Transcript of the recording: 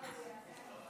למרות שיש על מה,